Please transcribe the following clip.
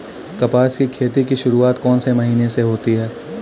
कपास की खेती की शुरुआत कौन से महीने से होती है?